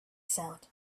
sound